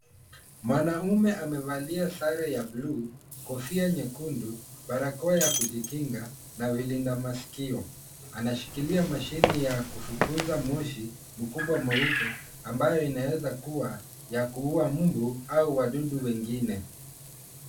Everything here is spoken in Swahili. Mwanaume amevalia sare ya blue , kofia nyekundu, barakoa ya kujikinga na vilinda masikio. Anashikilia machine ya kufukuza moshi mkubwa mweupe ambayo inaweza kuwa ya kuua mbu au wadudu wengine.